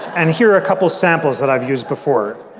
and here are a couple of samples that i've used before.